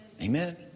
Amen